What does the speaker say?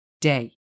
day